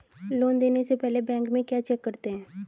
Loan देने से पहले बैंक में क्या चेक करते हैं?